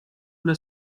una